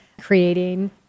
creating